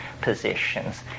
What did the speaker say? positions